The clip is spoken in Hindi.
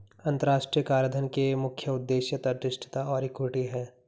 अंतर्राष्ट्रीय कराधान के मुख्य उद्देश्य तटस्थता और इक्विटी हैं